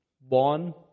born